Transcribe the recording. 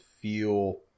feel